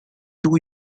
two